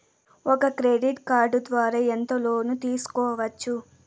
ఒక credit card ద్వారా ఎంత లోను తీసుకోవచ్చు?